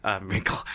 wrinkle